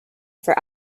for